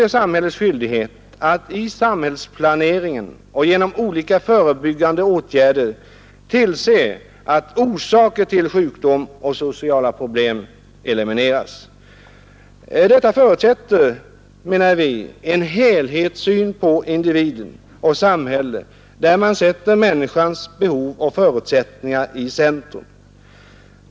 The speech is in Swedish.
Det är samhällets skyldighet att i samhällsplaneringen och genom olika förebyggande åtgärder tillse att orsaken till sjukdom och sociala problem elimineras. Detta förutsätter en helhetssyn på individ och samhälle som sätter människans behov och villkor i centrum.